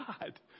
God